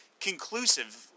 conclusive